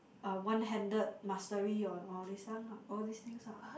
a one handed mastery on all this one lah all these things ah